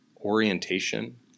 orientation